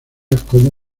como